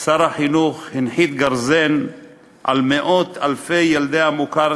שר החינוך הנחית גרזן על מאות אלפי ילדי המוכר